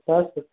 चारि सए तीस